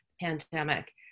pandemic